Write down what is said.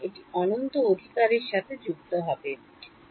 এটি অনন্তর সাথে যুক্ত হবেঠিক আছে